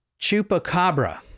Chupacabra